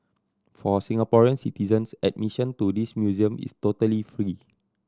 for Singaporean citizens admission to this museum is totally free